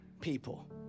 people